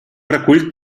recull